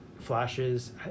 Flashes